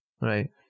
Right